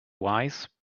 wise